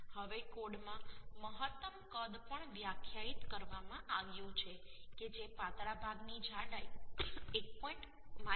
હવે કોડમાં મહત્તમ કદ પણ વ્યાખ્યાયિત કરવામાં આવ્યું છે કે જે પાતળા ભાગની જાડાઈ 1